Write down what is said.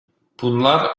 bunlar